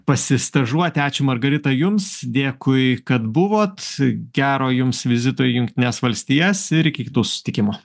pasistažuoti ačiū margarita jums dėkui kad buvot gero jums vizito į jungtines valstijas ir iki kitų susitikimų